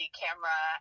camera